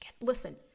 listen